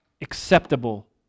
acceptable